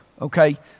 okay